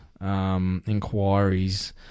inquiries